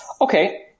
Okay